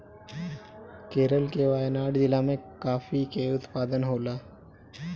केरल के वायनाड जिला में काफी के उत्पादन होला